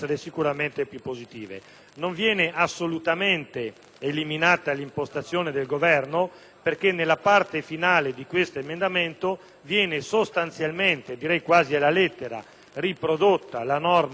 eliminata l'impostazione del Governo, perché la parte finale dell'emendamento riproduce sostanzialmente, anzi quasi alla lettera, la norma proposta dal Governo e dalla maggioranza; quindi,